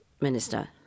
Minister